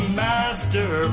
master